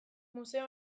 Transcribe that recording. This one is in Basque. museo